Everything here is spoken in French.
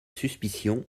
suspicion